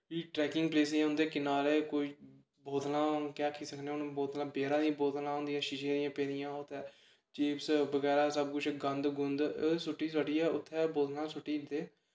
trekking places उंदे किनारे कोई बोतलां केह् आखी सकने हून बियरा दियां बोतलां होंदियां शीशे दियां पेदियां ओ ते चिप्स बगैरा सब कुछ गंद गुंद सुट्टी साट्टियै उत्थें बोतलां सुट्टी ओड़दे